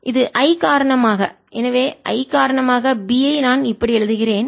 இது I காரணமாக எனவே I காரணமாக B ஐ நான் இப்படி எழுதுகிறேன்